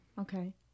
Okay